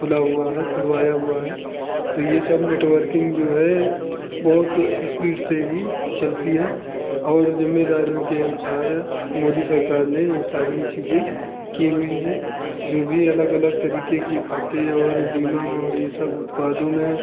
खुला हुआ है खुलवाया हुआ है तो यह सब नेटवर्किंग जो है बहुत स्पीड से चलती है और जुम्मेदारों के अनुसार मोदी सरकार ने यह सारी चीज़ें की हुई हैं जो भी अलग अलग तरीके की खातें और बीमा और यह सब उत्पादों में